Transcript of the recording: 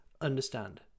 understand